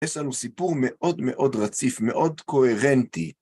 יש לנו סיפור מאוד מאוד רציף, מאוד קוהרנטי.